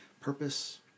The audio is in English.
purpose